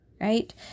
right